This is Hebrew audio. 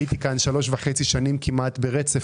הייתי כאן שלוש שנים וחצי כמעט ברצף